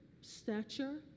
stature